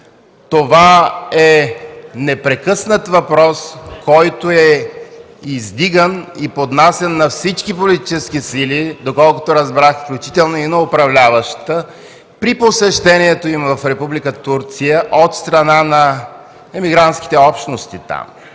Това е непрекъснат въпрос, който е издиган и поднасян на всички политически сили, доколкото разбрах включително и на управляващата, при посещението им в Република Турция от страна на емигрантските общности там.